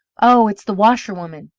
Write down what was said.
oh, it's the washerwoman!